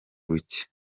buke